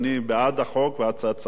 בעד הצעת החוק,